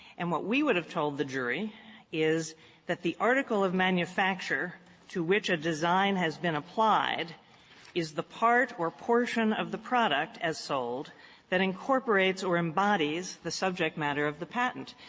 and what we would have told the jury is that the article of manufacture to which a design has been applied is the part or portion of the product as sold that incorporates or embodies the subject matter of the patent.